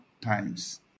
times